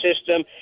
system